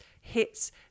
Hits